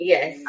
Yes